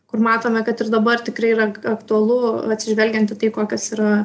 kur matome kad ir dabar tikrai yra aktualu atsižvelgiant į tai kokios yra